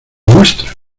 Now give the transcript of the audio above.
muestra